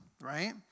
right